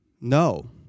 no